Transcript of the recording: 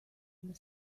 and